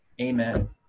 Amen